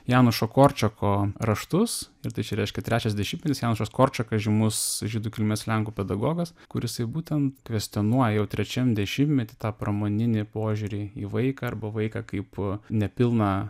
janušo korčeko raštus ir tai išreiškė trečias dešimtmetis janušas korčekas žymus žydų kilmės lenkų pedagogas kuris būtent kvestionuoja jau trečiam dešimtmety tą pramoninį požiūrį į vaiką arba vaiką kaip nepilna